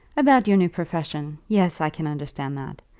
about your new profession. yes, i can understand that.